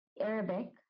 Arabic